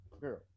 girl